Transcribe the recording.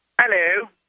Hello